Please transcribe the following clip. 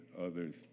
others